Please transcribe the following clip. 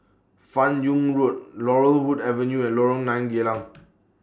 fan Yoong Road Laurel Wood Avenue and Lorong nine Geylang